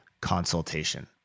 consultation